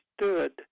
stood